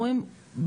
אנחנו אומרים,